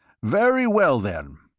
very well, then.